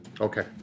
Okay